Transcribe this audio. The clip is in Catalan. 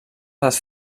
les